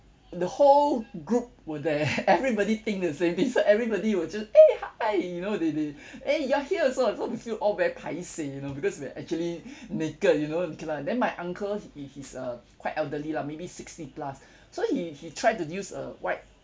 the whole group were there everybody think the same thing so everybody will just eh hi you know they they eh you're here also so we feel all very paiseh you know because we're actually naked you know okay lah then my uncle he he's uh quite elderly lah maybe sixty plus so he he tried to use a white